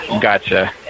Gotcha